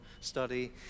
study